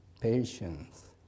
patience